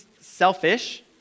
selfish